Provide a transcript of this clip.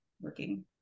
working